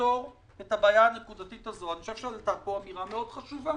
לפתור את הבעיה הנקודתית הזאת אני רוצה לומר שעלתה פה אמירה מאוד חשובה.